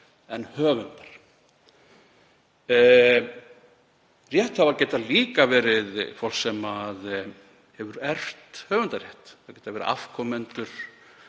en höfundar. Rétthafar geta líka verið fólk sem hefur erft höfundarétt, þeir geta verið afkomendur